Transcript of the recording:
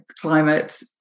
climate